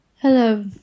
Hello